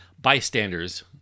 Bystanders